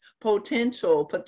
potential